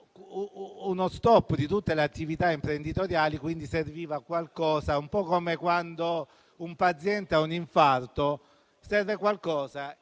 uno stop di tutte le attività imprenditoriali e quindi serviva qualcosa, un po' come quando un paziente ha un infarto. Il